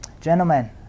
Gentlemen